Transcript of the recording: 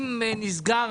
אם המשרד נסגר,